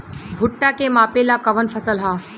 भूट्टा के मापे ला कवन फसल ह?